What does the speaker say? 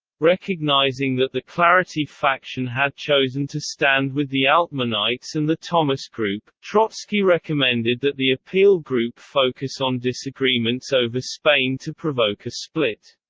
recognizing that the clarity faction had chosen to stand with the altmanites and the thomas group, trotsky recommended that the appeal group focus on disagreements over spain to provoke a split.